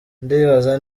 ndibaza